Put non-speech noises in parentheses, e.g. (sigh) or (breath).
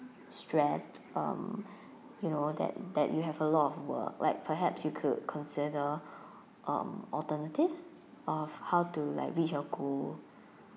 stress um (breath) you know that that you have a lot of work like perhaps you could consider (breath) um alternatives of how to like reach your goal